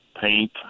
paint